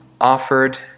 offered